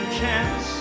chance